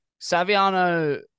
Saviano